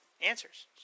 answers